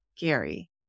Gary